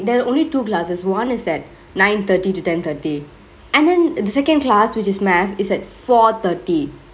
there are only two classes one is at nine thirty to ten thirty and then the second class which is math is at four thirty